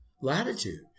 latitude